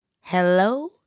Hello